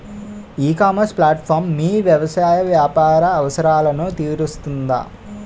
ఈ e-commerce platform మీ వ్యవసాయ వ్యాపార అవసరాలను తీరుస్తుందా?